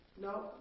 No